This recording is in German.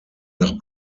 nach